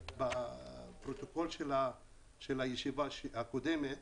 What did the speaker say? בפרוטוקול של הישיבה הקודמת